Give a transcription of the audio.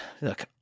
look